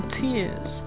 tears